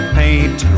paint